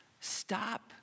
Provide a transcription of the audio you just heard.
Stop